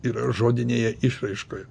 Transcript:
yra žodinėje išraiškoje